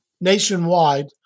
nationwide